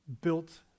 built